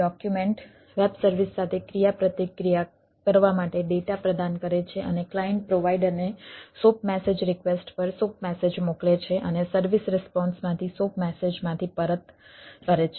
document web service સાથે ક્રિયાપ્રતિક્રિયા કરવા માટે ડેટા પ્રદાન કરે છે અને ક્લાયન્ટ પ્રોવાઈડરને SOAP મેસેજ રિક્વેસ્ટ પર SOAP મેસેજ મોકલે છે અને સર્વિસ રિસ્પોન્સમાંથી SOAP મેસેજમાંથી પરત કરે છે